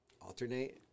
Alternate